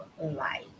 life